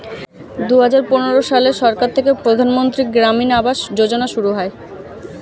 দুহাজার পনেরো সালে সরকার থেকে প্রধানমন্ত্রী গ্রামীণ আবাস যোজনা শুরু হয়